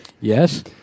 Yes